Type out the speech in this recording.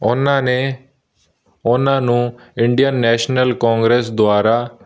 ਉਹਨਾਂ ਨੇ ਉਹਨਾਂ ਨੂੰ ਇੰਡੀਅਨ ਨੈਸ਼ਨਲ ਕਾਂਗਰਸ ਦੁਆਰਾ